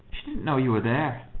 she didn't know you were there.